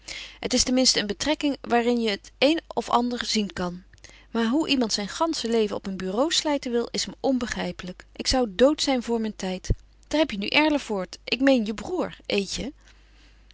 het is ten minste een betrekking waarin je nog het een of ander zien kan maar hoe iemand zijn gansche leven op een bureau slijten wil is me onbegrijpelijk ik zou dood zijn voor mijn tijd daar heb je nu erlevoort ik meen je broêr eetje